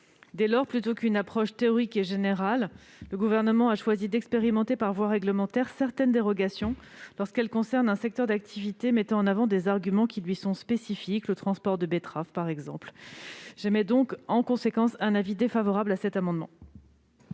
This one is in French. Dès lors, plutôt qu'une approche théorique et générale, le Gouvernement a choisi d'expérimenter par voie réglementaire certaines dérogations, lorsqu'elles concernent un secteur d'activité mettant en avant des arguments qui lui sont spécifiques- le transport de betteraves, par exemple. En conséquence, j'émets un avis défavorable sur cet amendement.